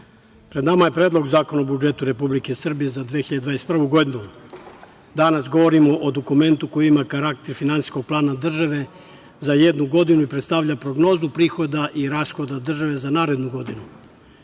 pred nama je Predlog zakona o budžetu Republike Srbije za 2021. godinu. Danas govorimo o dokumentu koji ima karakter finansijskog plana države za jednu godinu i predstavlja prognozu prihoda i rashoda države za narednu godinu. Budžet